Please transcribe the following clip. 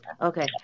Okay